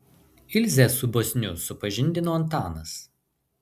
ilzę su bosniu supažindino antanas